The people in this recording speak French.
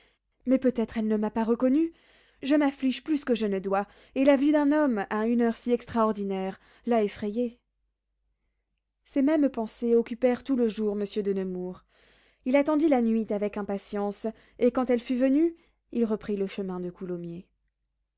mais peut-être elle ne m'a pas reconnu je m'afflige plus que je ne dois et la vue d'un homme à une heure si extraordinaire l'a effrayée ces mêmes pensées occupèrent tout le jour monsieur de nemours il attendit la nuit avec impatience et quand elle fut venue il reprit le chemin de coulommiers